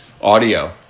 audio